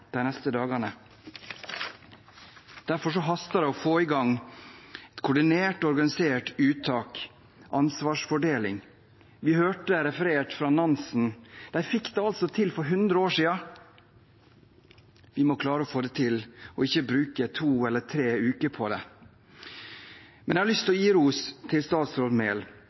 de neste dagene. Derfor haster det å få i gang et koordinert og organisert uttak – ansvarsfordeling. Vi hørte det ble referert til Nansen. De fikk det altså til for 100 år siden. Vi må klare å få det til og ikke bruke to eller tre uker på det. Jeg har lyst til å gi ros til statsråd Mehl